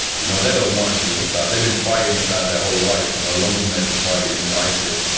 you know they don't want to be with assad. they've been fighting assad their whole lives, you know. longer than they've been fighting isis.